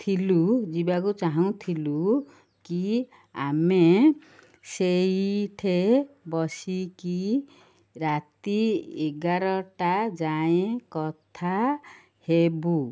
ଥିଲୁ ଯିବାକୁ ଚାହୁଁଥିଲୁ କି ଆମେ ସେଇଠି ବସିକି ରାତି ଏଗାରଟା ଯାଏଁ କଥା ହେବୁ